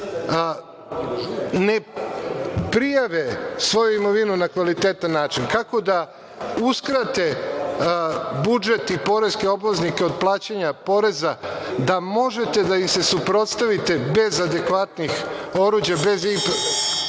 ne prijave svoju imovinu na kvalitetan način, kako da uskrate budžet i poreske obveznike od plaćanja poreza da možete da im se suprotstavite bez adekvatnih oruđa, bez